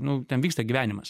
nu ten vyksta gyvenimas